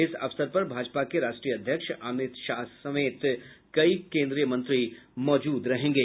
इस अवसर पर भाजपा के राष्ट्रीय अध्यक्ष अमित शाह समेत कई केन्द्रीय मंत्री मौजूद रहेंगे